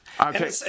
Okay